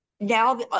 Now